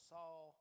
Saul